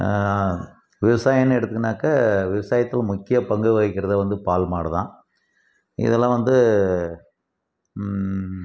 விவசாயம்னு எடுத்துக்குனாக்கா விவசாயத்தில் முக்கிய பங்கு வகிக்கிறது வந்து பால் மாடுதான் இதெல்லாம் வந்து